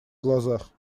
глазах